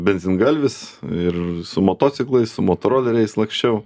benzingalvis ir su motociklais motoroleriais laksčiau